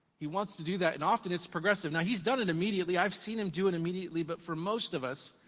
he wants to do that, and often it's progressive. now, he's done it immediately. i've seen him do it and immediately, but for most of us,